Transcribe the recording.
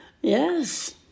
Yes